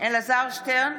אלעזר שטרן,